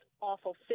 Awful